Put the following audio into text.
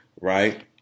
right